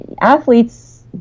athletes